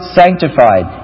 sanctified